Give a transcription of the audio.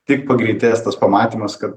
tik pagreitės tas pamatymas kad